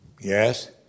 Yes